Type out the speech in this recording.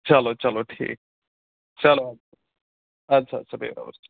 چلو چلو ٹھیٖک چلو اَدٕ سا اَدٕ سا بِہِو رۄبَس